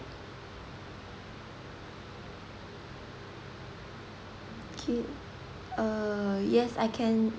okay uh yes I can